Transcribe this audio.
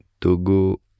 Togo